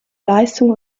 leistung